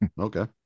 okay